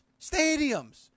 stadiums